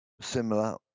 similar